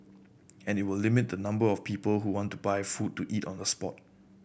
and it will limit the number of people who want to buy food to eat on the spot